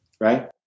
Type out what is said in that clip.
right